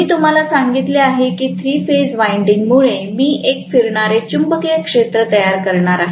मी तुम्हाला सांगितले आहे की थ्री फेज वाइंडिंग मुळे मी एक फिरणारे चुंबकीय क्षेत्र तयार करणार आहे